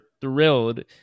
thrilled